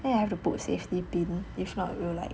then you have to put safety pin if not will like